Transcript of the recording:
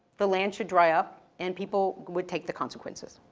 the land should dry up and people would take the consequences.